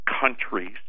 countries